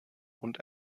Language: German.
und